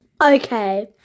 Okay